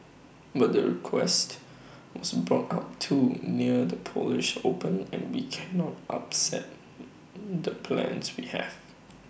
but the request was brought up too near the polish open and we cannot upset the plans we have